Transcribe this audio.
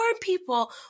people